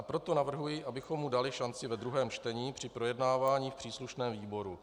Proto navrhuji, abychom mu dali šanci ve druhém čtení při projednávání v příslušném výboru.